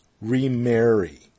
Remarry